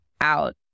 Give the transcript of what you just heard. out